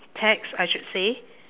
tags I should say